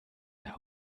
der